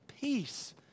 peace